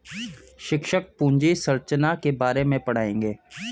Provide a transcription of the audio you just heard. शिक्षक पूंजी संरचना के बारे में पढ़ाएंगे